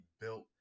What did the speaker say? built